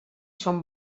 són